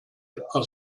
are